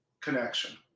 connection